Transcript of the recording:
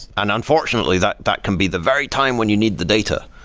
and unfortunately, that that can be the very time when you need the data.